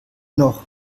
noch